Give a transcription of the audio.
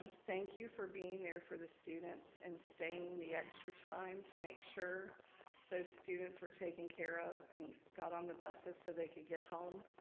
thank you for being there for the students and staying the extra time to make sure those students were taken care of and got on the buses so they could get home.